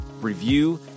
review